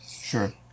Sure